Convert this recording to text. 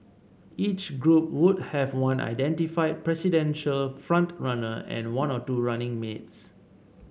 each group would have one identified presidential front runner and one or two running mates